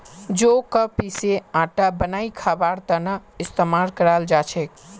जौ क पीसे आटा बनई खबार त न इस्तमाल कराल जा छेक